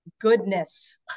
goodness